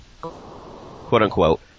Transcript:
quote-unquote